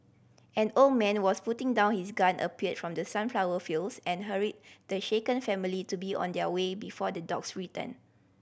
an old man was putting down his gun appeared from the sunflower fields and hurried the shaken family to be on their way before the dogs return